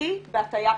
שממלכתי בהטיה פוליטית.